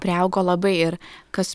priaugo labai ir kas